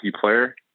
player